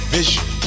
vision